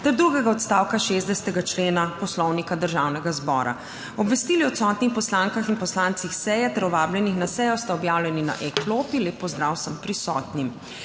ter drugega odstavka 60. člena Poslovnika Državnega zbora. Obvestili o odsotnih poslankah in poslancih s seje ter o vabljenih na sejo sta objavljeni na e-klopi. Lep pozdrav vsem prisotnim!